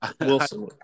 Wilson